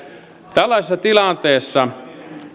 tällaisessa tilanteessa